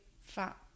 fat